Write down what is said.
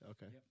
Okay